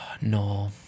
No